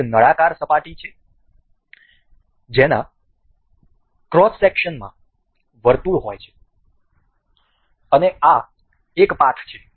આ એક નળાકાર સપાટી છે જેના ક્રોસ સેક્શનમાં વર્તુળ હોય છે અને આ એક પાથ છે